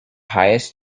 highest